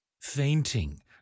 fainting